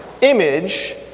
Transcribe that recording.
image